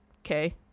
Okay